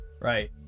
right